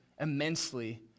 immensely